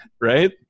right